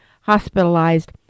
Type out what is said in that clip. hospitalized